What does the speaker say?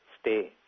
stay